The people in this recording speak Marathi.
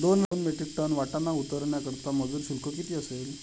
दोन मेट्रिक टन वाटाणा उतरवण्याकरता मजूर शुल्क किती असेल?